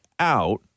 out